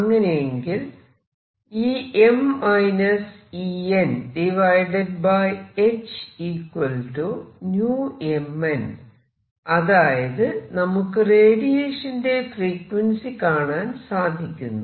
അങ്ങനെയെങ്കിൽ അതായത് നമുക്ക് റേഡിയേഷന്റെ ഫ്രീക്വൻസി കാണാൻ സാധിക്കുന്നു